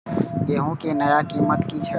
गेहूं के नया कीमत की छे?